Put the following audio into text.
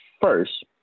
first